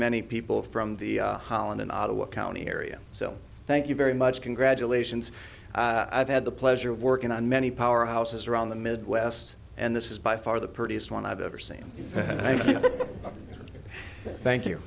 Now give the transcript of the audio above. many people from the holland in ottawa county area so thank you very much congratulations i've had the pleasure of working on many powerhouses around the midwest and this is by far the prettiest one i've ever seen thank you